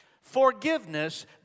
Forgiveness